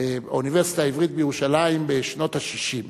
באוניברסיטה העברית בירושלים, בשנות ה-60: